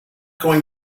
going